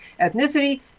ethnicity